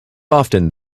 often